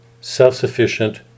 self-sufficient